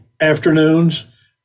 afternoons